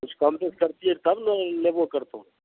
किछु कम बेस करतियै तब ने ई लेबो करितौं